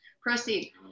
proceed